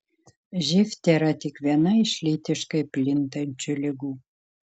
živ tėra tik viena iš lytiškai plintančių ligų